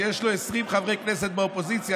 שיש לו 20 חברי כנסת באופוזיציה,